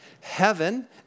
heaven